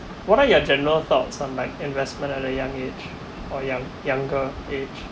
what are your general thoughts on like investment at a young age or young younger age